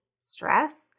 stress